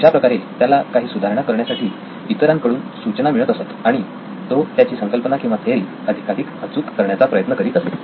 अशाप्रकारे त्याला काही सुधारणा करण्यासाठी इतरांकडून सूचना मिळत असत आणि तो त्याची संकल्पना किंवा थेअरी अधिकाधिक अचूक करण्याचा प्रयत्न करीत असे